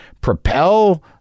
propel